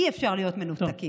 אי-אפשר להיות מנותקים.